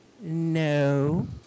no